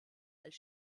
als